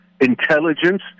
intelligence